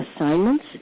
assignments